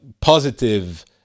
positive